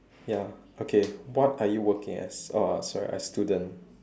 ya okay what are you working as oh uh sorry a student